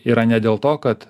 yra ne dėl to kad